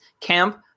camp